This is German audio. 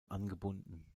angebunden